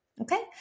Okay